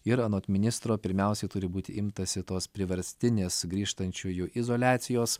ir anot ministro pirmiausiai turi būti imtasi tos priverstinės grįžtančiųjų izoliacijos